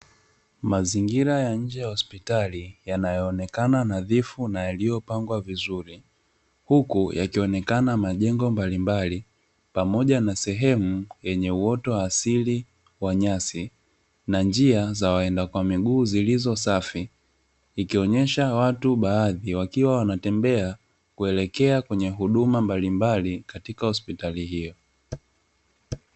Mazingira ya nje ya hosipitali yanayo onekana nadhifu na yaliyopangwa vizuri, huku yakionekana majengo mbali mbali pamoja na sehemu yenye uoto wa asili wa nyasi na njia za waenda kwa miguu zilizo safi, ikionyesha watu baadhi wakiwa wanatembea kuelekea kwenye huduma mbalimbali katika hosipitali hio.